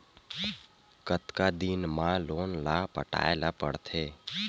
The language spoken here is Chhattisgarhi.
कतका दिन मा लोन ला पटाय ला पढ़ते?